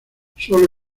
solo